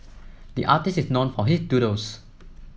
the artist is known for his doodles